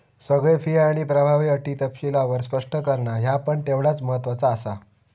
सगळे फी आणि प्रभावी अटी तपशीलवार स्पष्ट करणा ह्या पण तेवढाच महत्त्वाचा आसा